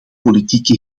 politieke